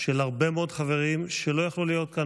של הרבה מאוד חברים שלא יכלו להיות כאן.